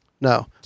No